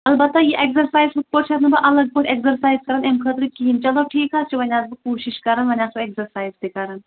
البَتہٕ یہِ ایٚکزَرسایِز یِتھٕ پٲٹھۍ چھَس نہٕ بہٕ اَلگ پٲٹھۍ ایٚکزَرسایِز کران اَمہِ خٲطرٕ کِہیٖنٛۍ چلو ٹھیٖک حظ چھُ وۅنۍ آسہٕ بہٕ کوٗشِش کَران وۅنۍ آسو ایٚکزرسایِِز تہِ کَران